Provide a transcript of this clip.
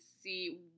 see